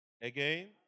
again